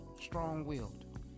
Strong-willed